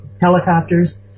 helicopters